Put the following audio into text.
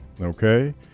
Okay